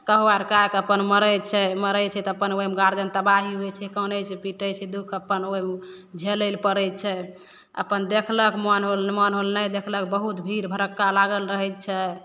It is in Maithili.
कहुँ आओरका के अपन मरै छै मरै छै तऽ अपन ओहिमे गार्जिअन तबाही होइ छै कानै छै पिटै छै दुख अपन ओहि झेलै ले पड़ै छै अपन देखलक मोन होल नहि मोन होल नहि देखलक बहुत भीड़ भड़क्का लागल रहै छै